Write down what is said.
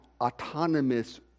autonomous